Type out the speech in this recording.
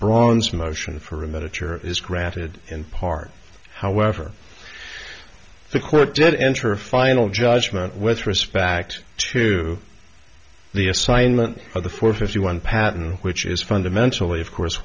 braun's motion for a miniature is granted in part however the court did enter a final judgment with respect to the assignment of the four fifty one patent which is fundamentally of course